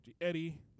Eddie